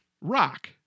Rock